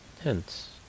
Hence